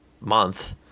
month